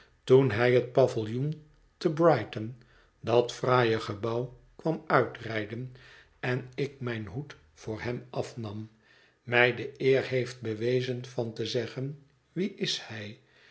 toen hij het paviljoen te b r i g h t o n dat fraaie gebouw kwam uitrijden en ik mijn hoed voor hem afnam mij de eer heeft bewezen van te zeggen wie is hij